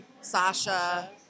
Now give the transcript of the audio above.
Sasha